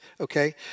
okay